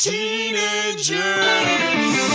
Teenagers